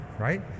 Right